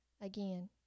again